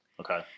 Okay